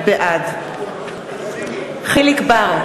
בעד יחיאל חיליק בר,